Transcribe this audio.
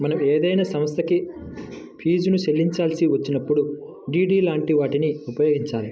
మనం ఏదైనా సంస్థకి ఫీజుని చెల్లించాల్సి వచ్చినప్పుడు డి.డి లాంటి వాటిని ఉపయోగించాలి